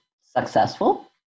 successful